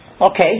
Okay